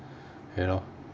you know